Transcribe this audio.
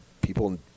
people